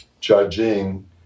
judging